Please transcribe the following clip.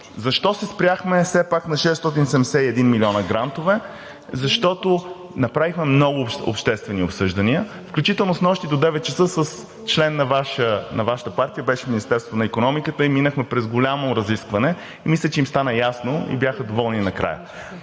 Защо се спряхме все пак на 671 милиона грантове? Защото направихме много обществени обсъждания, включително снощи до девет часа член на Вашата партия беше в Министерството на икономиката и минахме през голямо разискване. Мисля, че им стана ясно и бяха доволни накрая